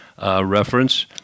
Reference